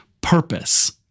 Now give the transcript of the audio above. purpose